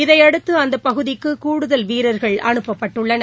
இதையடுத்து அந்த பகுதிக்கு கூடுதல் வீரர்கள் அனுப்பப்பட்டுள்ளனர்